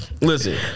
Listen